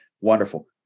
Wonderful